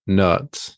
nuts